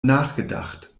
nachgedacht